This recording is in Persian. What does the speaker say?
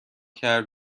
کرد